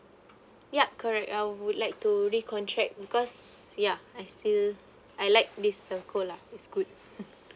yup correct uh would like to recontract because ya I still I like this telco lah it's good